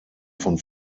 von